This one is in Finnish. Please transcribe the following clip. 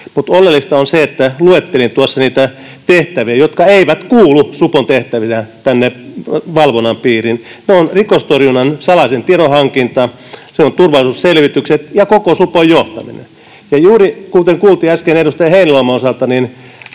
oleellista on se, että... Luettelin tuossa niitä tehtäviä, jotka eivät kuulu supon tehtävinä valvonnan piiriin. Ne ovat rikostorjunnan salainen tiedonhankinta, turvallisuusselvitykset ja koko supon johtaminen. Ja juuri, kuten kuultiin äsken edustaja Heinäluoman osalta, erittäin